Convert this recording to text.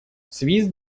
свист